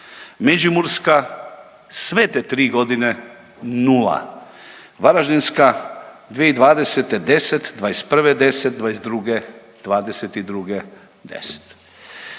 Međimurska sve te tri godine 0. Varaždinska 2020. 10, '21. 10, '22.,